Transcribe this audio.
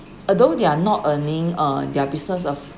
although they are not earning uh their business of